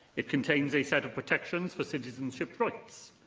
it contains a set of protections for citizenship rights.